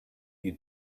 you